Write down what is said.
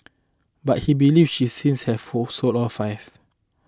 but he believes she since have fall sold all five